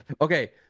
Okay